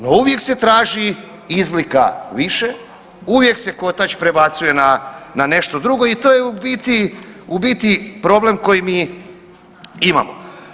No, uvijek se traži izlika više, uvijek se kotač prebacuje na, na nešto drugo i to je u biti, u biti problem koji mi imamo.